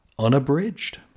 Unabridged